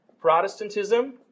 Protestantism